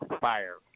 fire